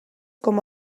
com